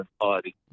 party